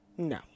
No